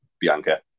Bianca